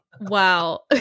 Wow